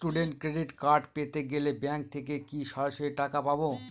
Student credit card পেতে গেলে bank থেকে কি সরাসরি টাকা পাবো?